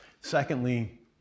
Secondly